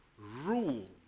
rule